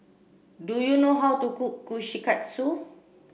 do you know how to cook Kushikatsu